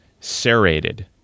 serrated